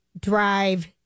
Drive